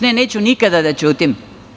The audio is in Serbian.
Ne, neću nikada da ćutim.